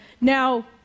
now